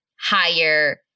higher